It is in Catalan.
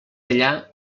allà